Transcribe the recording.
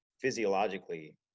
physiologically